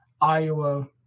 Iowa